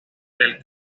del